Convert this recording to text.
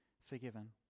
forgiven